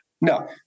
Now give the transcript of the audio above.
no